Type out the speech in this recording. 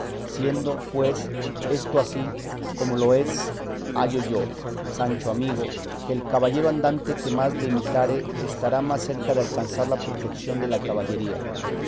siendo pues esto ansí como lo es hallo yo sancho amigo que el caballero andante que más le imitare estará más cerca de alcanzar la perfeción de la caballería